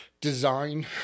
design